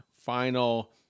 final